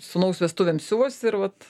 sūnaus vestuvėm siuvosi ir vat